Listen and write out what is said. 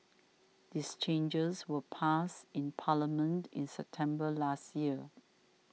these changes were passed in Parliament in September last year